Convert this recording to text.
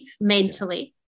mentally